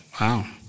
Wow